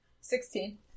Sixteen